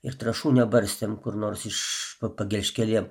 ir trąšų nebarstėm kur nors iš po pagelžkėliem